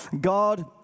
God